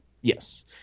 Yes